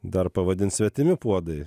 dar pavadint svetimi puodai